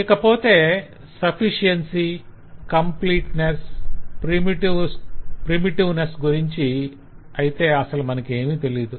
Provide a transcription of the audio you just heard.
ఇకపోతే sufficiency completeness primitiveness గురించి అయితే అసలు మనకేమీ తెలియదు